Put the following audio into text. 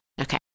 Okay